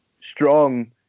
strong